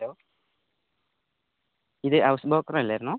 hello ഇത് house broker അല്ലായിരുന്നോ